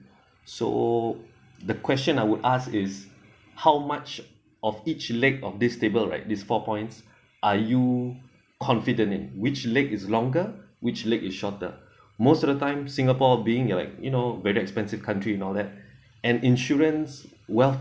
so the question I would ask is how much of each leg of this table right these four points are you confident in which leg is longer which leg is shorter most of the time singapore being like you know very expensive country and all that and insurance wealth